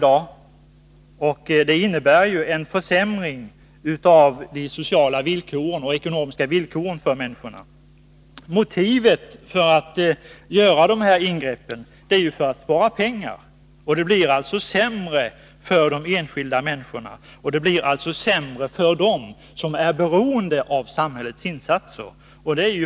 Allt detta innebär ju försämringar av de ekonomiska villkoren för människorna. Motivet för att göra de här ingreppen är att spara pengar. Det blir alltså sämre för de enskilda människorna och det blir sämre för dem som är beroende av samhällets insatser.